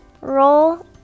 Roll